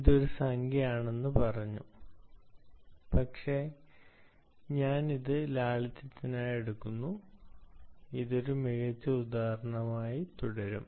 ഇത് ഒരു സംഖ്യയാകാമെന്ന് പറഞ്ഞു പക്ഷേ ഞാൻ ഇത് എടുത്തു ഇത് ഒരു മികച്ച ഉദാഹരണമായി തുടരും